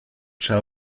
shall